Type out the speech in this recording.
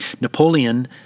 Napoleon